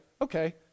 okay